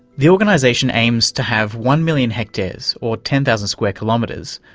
the organisation aims to have one million hectares, or ten thousand square kilometres,